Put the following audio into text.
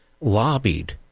lobbied